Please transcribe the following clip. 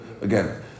Again